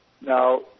Now